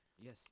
yes